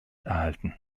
erhalten